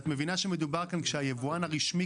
את מבין שמדובר כאן כשהיבואן הרשמי